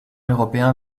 européens